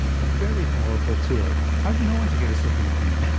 a very powerful tool. how do you know when to get a second opinion?